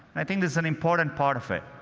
i think this is an important part of it.